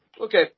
Okay